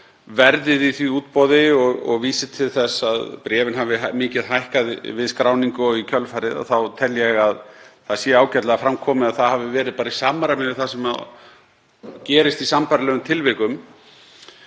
verðið í því útboði og vísi til þess að bréfin hafi mikið hækkað við skráningu og í kjölfarið þá tel ég að það sé ágætlega fram komið að það hafi verið bara í samræmi við það sem gerist í sambærilegum tilvikum.